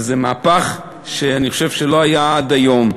וזה מהפך שאני חושב שלא היה עד היום.